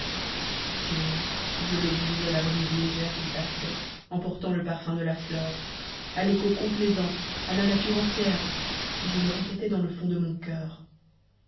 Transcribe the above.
ce nom je le disais à la brise légère qui passait emportant le parfum de la fleur a l'écho complaisant à la nature entière et je le répétais dans le fond de mon coeur